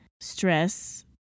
stress